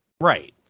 Right